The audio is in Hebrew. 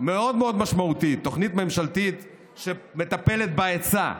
מאוד מאוד משמעותית, תוכנית ממשלתית שמטפלת בהיצע,